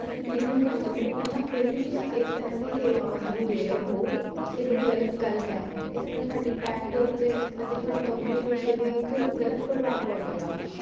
ਅਸੀਂ premium customer ਵੀ ਹਾਂ ਫਿਰ ਵੀ ਤੁਸੀਂ ਇਸ ਤਰ੍ਹਾਂ ਦੀਆਂ ਸੇਵਾਵਾਂ ਸਾਨੂੰ ਦੇ ਰਹੇ ਹੋ ਇਹ ਬੜੀ ਗਲਤ ਗੱਲ ਹੈ ਇਸ ਨਾਲ ਤੁਹਾਡੀ ਐਪ ਦੇ ਉੱਤੇ ਅਸ ਅਤੇ ਤੁਹਾਡੀ ਕੰਪਨੀ ਦੇ ਉੱਤੇ ਵੀ ਇੱਕ ਗਲਤ ਪ੍ਰਭਾਵ ਪਵੇਗਾ